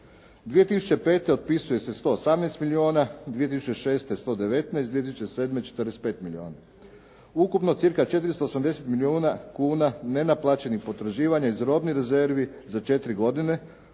2005. otpisuje se 118 milijuna, 2006. 119, 2007. 45 milijuna. Ukupno cca 480 milijuna kuna nenaplaćenih potraživanja iz robnih rezervi za četiri godine